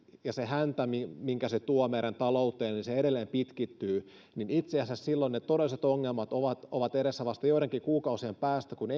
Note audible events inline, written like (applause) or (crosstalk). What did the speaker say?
ja se häntä minkä se tuo meidän talouteen edelleen pitkittyy niin itse asiassa silloin ne todelliset ongelmat ovat ovat edessä vasta joidenkin kuukausien päästä kun (unintelligible)